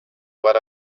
what